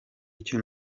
icyo